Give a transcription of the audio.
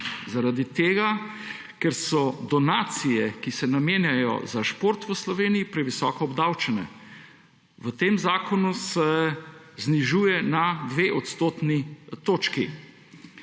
Zaradi tega ker so donacije, ki se namenjajo za šport v Sloveniji, previsoko obdavčene. V tem zakonu se znižuje na dve odstotni točki.